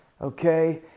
Okay